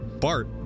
Bart